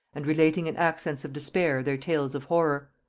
and relating in accents of despair their tale of horrors.